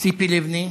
ציפי לבני,